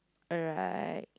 alright